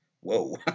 Whoa